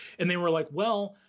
and they were like, well,